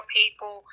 people